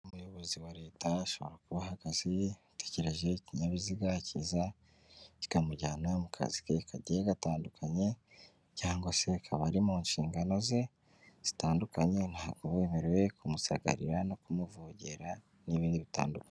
Umuyobozi wa leta ashobora kuba ahagaze ategereje ikinyabiziga kiza kikamujyana mu kazi ke kagiye gatandukanye cyangwa se akaba ari mu nshingano ze zitandukanye ntabwo uba wemerewe kumusagarira no kumuvogera n'ibindi bitandukanye.